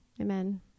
Amen